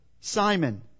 Simon